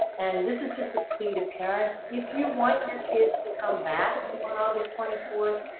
and this is just a plea to parents. if you want your kids to come back on august twenty fourth,